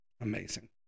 Amazing